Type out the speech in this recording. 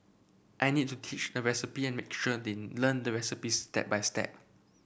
I need to teach the recipe and make sure they learn the recipes step by step